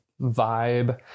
vibe